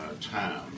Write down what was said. time